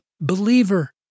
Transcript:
believer